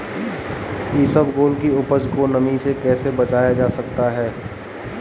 इसबगोल की उपज को नमी से कैसे बचाया जा सकता है?